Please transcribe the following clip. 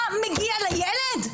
מה מגיע לילד,